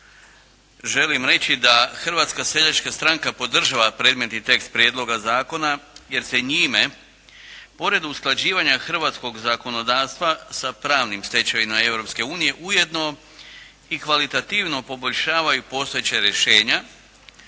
želim reći da Hrvatska seljačka stranka podržava predmetni tekst prijedloga zakona, jer se njime pored usklađivanja hrvatskog zakonodavstva sa pravnim stečevinama Europske unije ujedno i kvalitativno poboljšavaju postojeća rješenja,